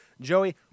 Joey